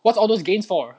what's all those gains for